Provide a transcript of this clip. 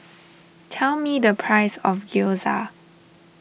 tell me the price of Gyoza